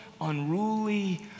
unruly